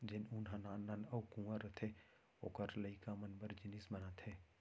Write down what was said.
जेन ऊन ह नान नान अउ कुंवर रथे ओकर लइका मन बर जिनिस बनाथे